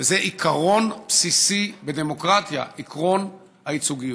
זה עיקרון בסיסי בדמוקרטיה, עיקרון הייצוגיות.